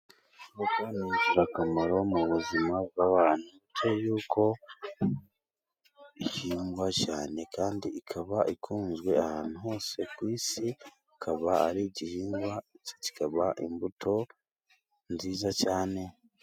Voka ni ingirakamaro mu buzima bw'abantu, yuko ihingwa cyane kandi ikaba ikunzwe ahantu hose ku isi, ikaba ari igihingwa kikaba imbuto nziza cyane.